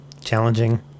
challenging